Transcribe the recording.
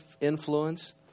influence